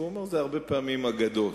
והוא אמר שהרבה פעמים אלה אגדות.